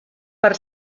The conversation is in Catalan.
per